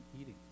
eating